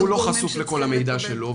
אבל גם הוא לא חשוף לכל המידע שלו,